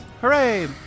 Hooray